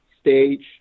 stage